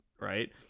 right